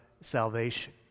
salvation